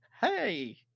hey